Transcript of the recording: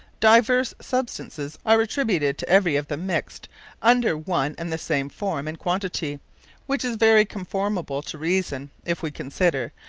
divers substances are attributed to every of the mixt under one and the same forme and quantity which is very conformable to reason, if we consider,